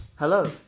Hello